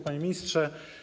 Panie Ministrze!